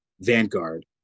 Vanguard